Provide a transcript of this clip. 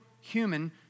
human